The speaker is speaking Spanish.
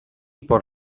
por